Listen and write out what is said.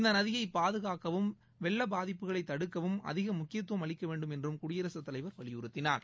இந்த நதியைப் பாதுகாக்கவும் வெள்ள பாதிப்புகளை தடுக்கவும் அதிக முக்கியத்தும் அளிக்க வேண்டும் என்றும் குடியரசுத்தலைவர் வலியுறுத்தினார்